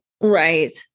Right